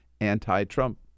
anti-Trump